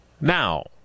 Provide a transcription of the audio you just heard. Now